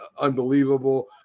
unbelievable